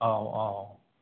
औ औ